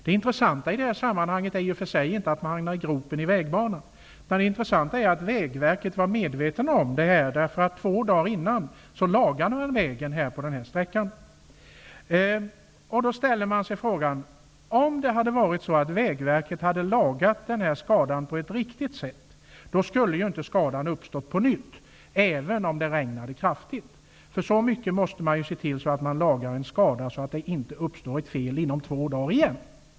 Det intressanta är i och för sig inte gropen i vägbanan, utan det är att Vägverket var medveten om vägskadan, eftersom man två dagar innan hade lagat vägen. Om Vägverket hade lagat skadan på ett rikigt sätt, skulle den ju inte ha uppstått på nytt, även om det regnade kraftigt. Man måste ju se till att man reparerar en skada så pass att det inte uppstår ett fel igen inom två dagar.